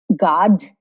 God